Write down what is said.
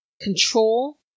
control